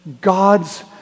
God's